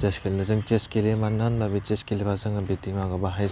chess गेलेनो जों chess गेलेयो मानोना होन्ना बे चेस गेलेबा जोङो दिमागआ बाहाय